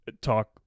talk